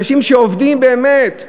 אנשים שעובדים באמת,